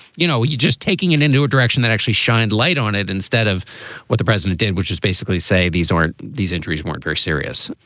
you know, you just taking it into a direction that actually shined light on it instead of what the president did, which is basically say these aren't these injuries weren't very serious,